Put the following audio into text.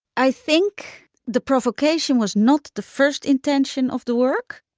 i think the provocation was not the first intention of the work,